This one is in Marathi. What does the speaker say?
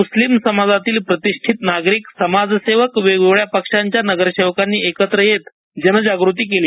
मुस्लिम समाजातील प्रतिष्ठित नागरिक समाजसेवक वेगवेगळ्या पक्षांच्या नगरसेवकांनी एकत्र येत जनजागृती केली